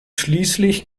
schließlich